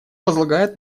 возлагает